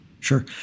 Sure